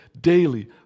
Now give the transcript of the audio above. daily